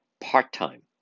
part-time